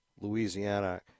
Louisiana